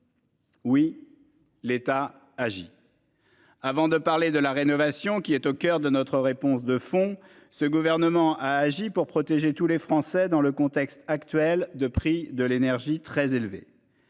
Oui, l'État agit. Avant de parler de la rénovation qui est au coeur de notre réponse de fond. Ce gouvernement a agi pour protéger tous les Français, dans le contexte actuel de prix de l'énergie très élevé.